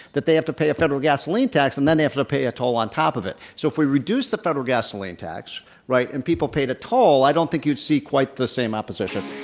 that they have to pay a federal gasoline tax and then they have a pay a toll on top of it. so if we reduce the federal gasoline tax, right, and people pay the toll, i don't think you'd see quite the same opposition.